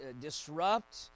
Disrupt